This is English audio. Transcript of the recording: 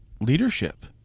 leadership